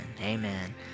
amen